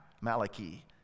Malachi